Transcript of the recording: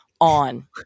on